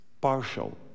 Partial